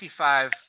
55